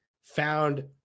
found